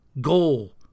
goal